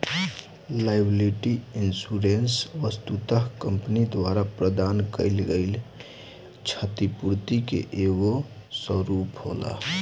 liability insurance वस्तुतः company द्वारा प्रदान कईल गईल छतिपूर्ति के एगो स्वरूप होला